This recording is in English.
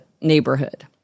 neighborhood